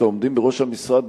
כעומדים בראש המשרד,